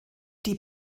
die